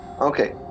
Okay